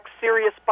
serious